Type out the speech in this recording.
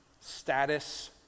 status